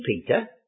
Peter